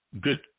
good